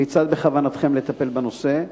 2. כיצד בכוונתכם לטפל בנושא?